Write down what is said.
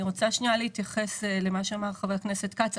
אני רוצה להתייחס למה שאמר חבר הכנסת כץ.